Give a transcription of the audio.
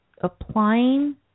applying